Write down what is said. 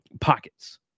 pockets